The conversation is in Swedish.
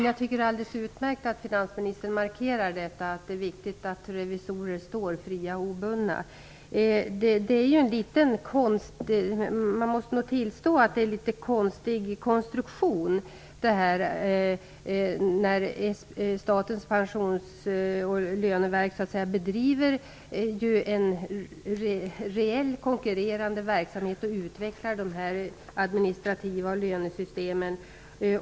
Herr talman! Det är alldeles utmärkt att finansministern markerar att det är viktigt att revisorer står fria och obundna. Man måste nog tillstå att det är en något konstig konstruktion. Statens löne och pensionsverk bedriver så att säga en reell konkurrerande verksamhet och utvecklar dessa administrativa lönesystemen.